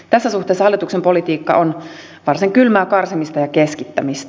tässä suhteessa hallituksen politiikka on varsin kylmää karsimista ja keskittämistä